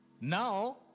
now